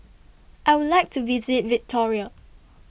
I Would like to visit Victoria